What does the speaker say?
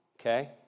okay